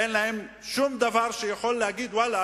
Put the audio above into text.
אין להם שום דבר שמאפשר להם להגיד: ואללה,